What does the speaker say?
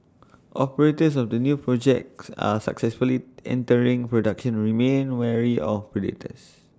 operators of the new projects are successfully entering production remain wary of predators